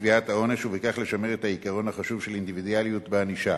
בקביעת העונש ובכך לשמר את העיקרון החשוב של אינדיבידואליות בענישה.